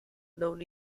known